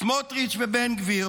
סמוטריץ' ובן גביר,